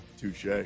Touche